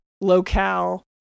locale